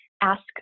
ask